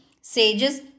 Sages